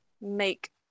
make